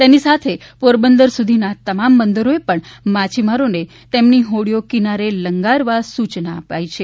તેની સાથે પોબંદર સુધીનાં તમામ બંદરોએ પણ માછીમારોને તેમની હોડીઓ કિનારે લાંગરવા સૂચના આપી છે